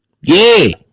Yay